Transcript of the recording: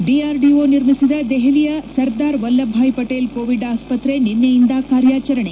DRDO ನಿರ್ಮಿಸಿದ ದೆಹಲಿಯ Sardar Vallabhbhai Patel Covid ಆಸ್ಸತ್ರೆ ನಿನ್ನೆಯಿಂದ ಕಾರ್ಯಾಚರಣೆ